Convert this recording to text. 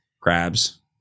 crabs